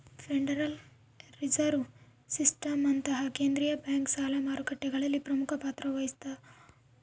federal reserve ಸಿಸ್ಟಮ್ನಂತಹ ಕೇಂದ್ರೀಯ bank ಸಾಲ ಮಾರುಕಟ್ಟೆಗಳಲ್ಲಿ ಪ್ರಮುಖ ಪಾತ್ರ ವಹಿಸ್ತವ